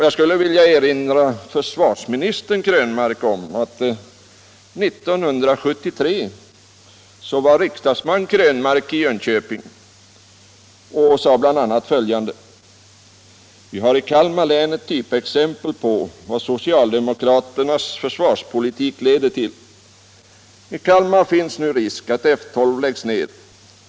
Jag skulle vilja erinra försvarsminister Krönmark om att 1973 var riksdagsman Krönmark i Jönköping och sade bl.a. följande: ”Vi har i Kalmar län ett typexempel på vad socialdemokraternas försvarspolitik leder till. I Kalmar finns nu risk att F 12 läggs ned.